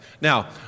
Now